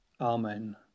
Amen